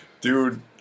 Dude